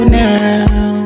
now